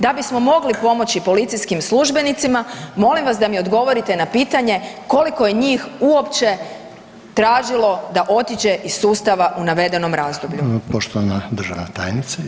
Da bismo mogli pomoći policijskih službenicima molim vas da mi odgovorite na pitanje koliko je njih uopće tražilo da otiđe iz sustava u navedenom razdoblju?